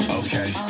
okay